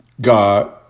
God